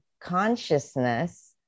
consciousness